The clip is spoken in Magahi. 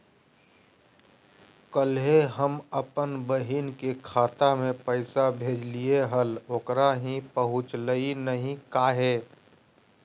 कल्हे हम अपन बहिन के खाता में पैसा भेजलिए हल, ओकरा ही पहुँचलई नई काहे?